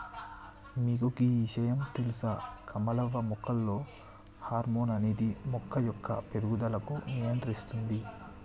మీకు గీ ఇషయాం తెలుస కమలవ్వ మొక్కలలో హార్మోన్ అనేది మొక్క యొక్క పేరుగుదలకు నియంత్రిస్తుంది